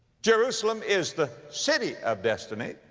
jerusalem is the city of destiny.